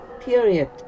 period